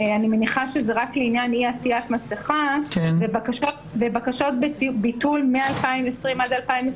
אני מניחה שזה רק לעניין אי-עטיית מסכה בבקשות ביטול מ-2020 עד 2022,